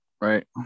Right